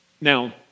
Now